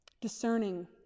discerning